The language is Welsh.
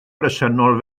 bresennol